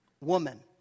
woman